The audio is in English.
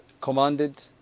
commanded